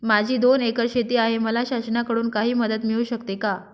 माझी दोन एकर शेती आहे, मला शासनाकडून काही मदत मिळू शकते का?